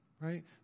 Right